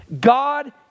God